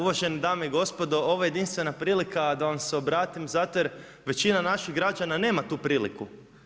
Uvažene dame i gospodo, ovo je jedinstvena prilika da vam se obratim, zato jer većina naših građana nema tu priliku.